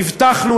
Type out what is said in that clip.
הבטחנו,